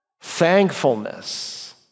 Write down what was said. Thankfulness